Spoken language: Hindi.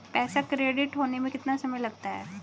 पैसा क्रेडिट होने में कितना समय लगता है?